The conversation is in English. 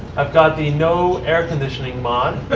i've got the no air conditioning mod